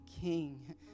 king